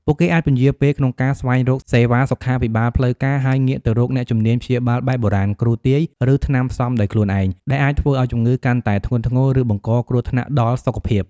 ពួកគេអាចពន្យារពេលក្នុងការស្វែងរកសេវាសុខាភិបាលផ្លូវការ ហើយងាកទៅរកអ្នកជំនាញព្យាបាលបែបបុរាណ គ្រូទាយ ឬថ្នាំផ្សំដោយខ្លួនឯង ដែលអាចធ្វើឱ្យជំងឺកាន់តែធ្ងន់ធ្ងរ ឬបង្កគ្រោះថ្នាក់ដល់សុខភាព។